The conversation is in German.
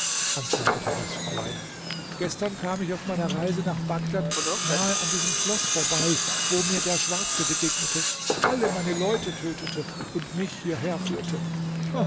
antwortete das fräulein gestern kam ich auf meiner reise nach bagdad nahe an diesem schloß vorbei wo mir der schwarze begegnete alle meine leute tötete und mich hierher führte